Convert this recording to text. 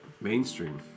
mainstream